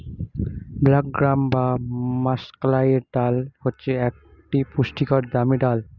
black gram বা মাষকলাইয়ের ডাল হচ্ছে একটি পুষ্টিকর দামি ডাল